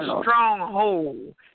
stronghold